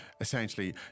Essentially